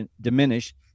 diminish